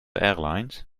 airlines